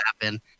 happen